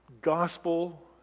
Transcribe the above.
gospel